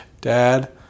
Dad